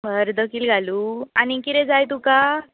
अर्द कील घालूं आनी किरें जाय तुका